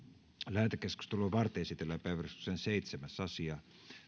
lähetekeskustelua varten esitellään päiväjärjestyksen seitsemäs asia